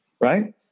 right